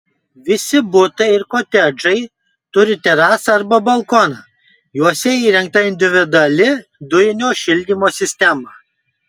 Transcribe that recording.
visi butai ir kotedžai turi terasą arba balkoną juose įrengta individuali dujinio šildymo sistema